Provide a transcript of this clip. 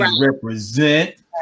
represent